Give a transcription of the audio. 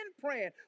praying